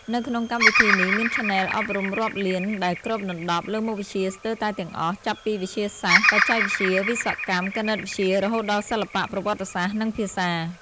នៅក្នុងកម្មវិធីនេះមានឆានែលអប់រំរាប់លានដែលគ្របដណ្តប់លើមុខវិជ្ជាស្ទើរតែទាំងអស់ ចាប់ពីវិទ្យាសាស្ត្រ បច្ចេកវិទ្យា វិស្វកម្ម គណិតវិទ្យា រហូតដល់សិល្បៈ ប្រវត្តិសាស្ត្រ និងភាសា។